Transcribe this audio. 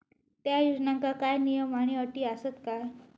त्या योजनांका काय नियम आणि अटी आसत काय?